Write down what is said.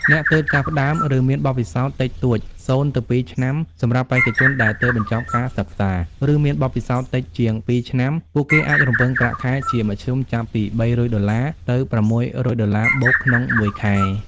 អ្នកទើបចាប់ផ្តើម ឬមានបទពិសោធន៍តិចតួច (0ទៅ2 ឆ្នាំ) សម្រាប់បេក្ខជនដែលទើបបញ្ចប់ការសិក្សា ឬមានបទពិសោធន៍តិចជាង ២ ឆ្នាំ ពួកគេអាចរំពឹងប្រាក់ខែជាមធ្យមចាប់ពី $300 ទៅ $600+ ក្នុងមួយខែ។